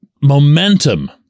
momentum